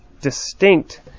Distinct